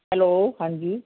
hello ਹਾਂਜੀ